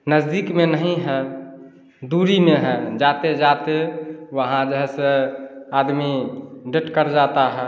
नज़दीक में नहीं है दूरी में है जाते जाते वहाँ जो है सो आदमी डेथ कर जाता है